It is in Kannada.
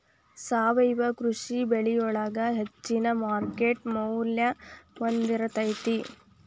ಸಾವಯವ ಕೃಷಿ ಬೆಳಿಗೊಳ ಹೆಚ್ಚಿನ ಮಾರ್ಕೇಟ್ ಮೌಲ್ಯ ಹೊಂದಿರತೈತಿ